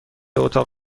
اتاق